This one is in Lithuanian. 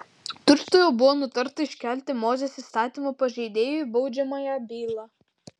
tučtuojau buvo nutarta iškelti mozės įstatymo pažeidėjui baudžiamąją bylą